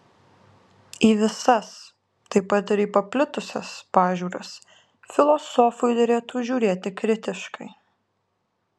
į visas taip pat ir į paplitusias pažiūras filosofui derėtų žiūrėti kritiškai